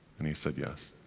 and he said yes.